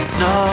no